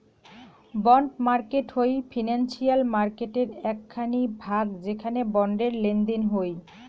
bond market হই financial মার্কেটের এক খানি ভাগ যেখানে বন্ডের লেনদেন হই